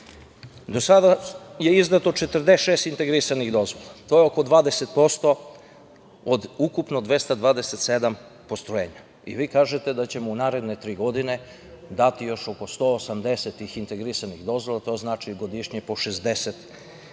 sada je izdato 46 integrisanih dozvola, to je oko 20% od ukupno 227 postrojenja i vi kažete da ćemo u naredne tri godine dati još oko 180 tih integrisanih dozvola, to znači godišnje po 60 dozvola